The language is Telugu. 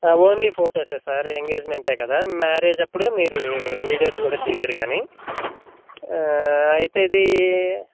ఓన్లీ ఫొటోసే సార్ ఎంగేజ్మెంటే కదా మ్యారేజ్ అప్పుడు మీరు వీడియోస్ కూడా తీద్ద్దరు గానీ అయితే ఇది